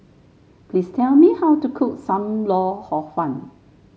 please tell me how to cook Sam Lau Hor Fun